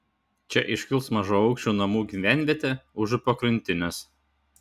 čia iškils mažaaukščių namų gyvenvietė užupio krantinės